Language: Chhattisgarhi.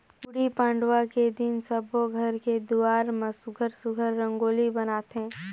गुड़ी पड़वा के दिन सब्बो घर के दुवार म सुग्घर सुघ्घर रंगोली बनाथे